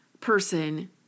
person